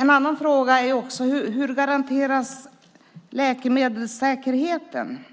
En annan fråga är hur man garanterar läkemedelssäkerheten